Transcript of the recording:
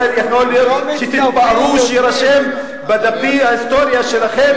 יכול להיות שתתפארו שהוא יירשם בדפי ההיסטוריה שלכם,